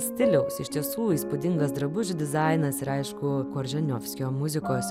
stiliaus iš tiesų įspūdingas drabužių dizainas ir aišku korženiovskio muzikos